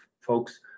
folks